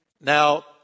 Now